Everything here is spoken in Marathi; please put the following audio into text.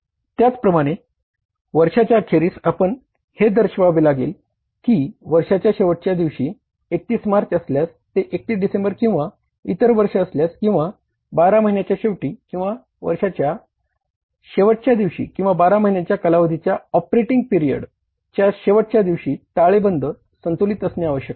त्याचप्रमाणे वर्षाच्या अखेरीस आपण हे दर्शवावे लागेल की वर्षाच्या शेवटच्या दिवशी 31 मार्च असल्यास ते 31 डिसेंबर किंवा इतर वर्ष असल्यास किंवा 12 महिण्याच्या शेवटी किंवा वर्षाच्या शेवटच्या दिवशी किंवा 12 महिन्यांच्या कालावधीच्या ऑपरेटिंग पिरियड च्या शेवटच्या दिवशी ताळेबंद संतुलित असले पाहिजे